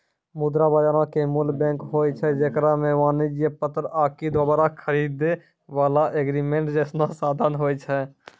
मुद्रा बजारो के मूल बैंक होय छै जेकरा मे वाणिज्यक पत्र आकि दोबारा खरीदै बाला एग्रीमेंट जैसनो साधन होय छै